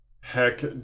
Heck